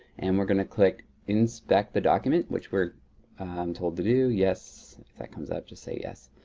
and we're gonna click inspect the document, which we're told to do. yes, if that comes up just say yes.